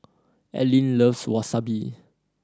Allyn loves Wasabi